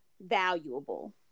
valuable